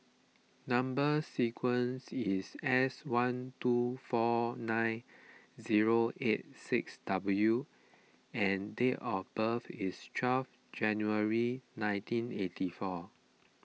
Number Sequence is S one two four nine zero eight six W and date of birth is twelve January nineteen eighty four